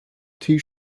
tee